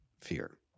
fear